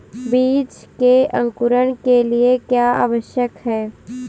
बीज के अंकुरण के लिए क्या आवश्यक है?